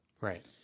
Right